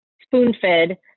spoon-fed